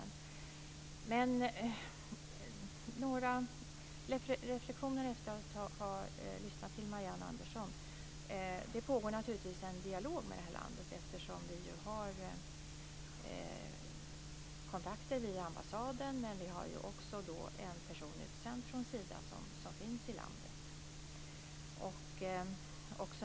Jag har några reflexioner efter att ha lyssnat till Det pågår naturligtvis en dialog med det här landet eftersom vi ju har kontakter via ambassaden. Men vi har också en person utsänd från Sida som finns i landet.